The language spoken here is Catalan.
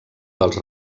dels